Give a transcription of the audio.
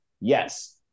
Yes